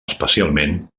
especialment